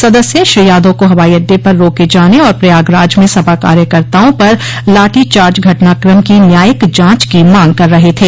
सदस्य श्री यादव को हवाई अड़डे पर रोके जाने और प्रयागराज में सपा कार्यकर्ताओं पर लाठी चार्ज घटनाक्रम की न्यायिक जांच की मांग कर रहे थे